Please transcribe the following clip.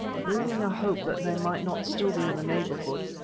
breathing a hope that they might not still be in the neighbourhood,